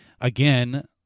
Again